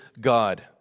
God